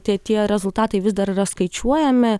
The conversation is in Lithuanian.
tie tie rezultatai vis dar yra skaičiuojami